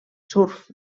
surf